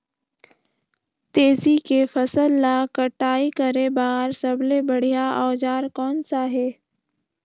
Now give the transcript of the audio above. तेसी के फसल ला कटाई करे बार सबले बढ़िया औजार कोन सा हे?